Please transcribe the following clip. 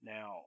Now